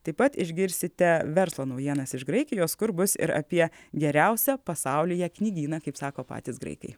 taip pat išgirsite verslo naujienas iš graikijos kur bus ir apie geriausią pasaulyje knygyną kaip sako patys graikai